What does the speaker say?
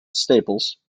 staples